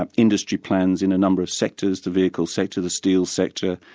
um industry plans in a number of sectors, the vehicle sector, the steel sector,